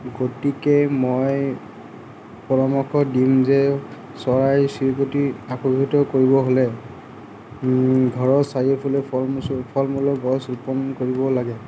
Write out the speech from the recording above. গতিকে মই পৰামৰ্শ দিম যে চৰাই চিৰিকটিক আকৰ্ষিত কৰিব হ'লে ঘৰৰ চাৰিওফালে ফল মূলৰ গছ ৰোপণ কৰিব লাগে